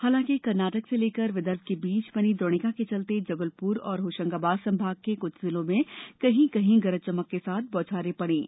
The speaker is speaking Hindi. हालांकि कर्नाटक से लेकर विदर्भ के बीच बनी द्रोणिका के चलते जबलपुर और होशंगाबाद संभाग के कुछ जिलों में कहीं कहीं गरज चमक के साथ बौछारे पड़ीं